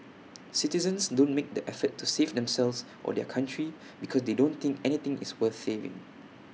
citizens don't make the effort to save themselves or their country because they don't think anything is worth saving